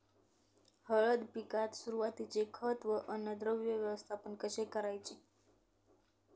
हळद पिकात सुरुवातीचे खत व अन्नद्रव्य व्यवस्थापन कसे करायचे?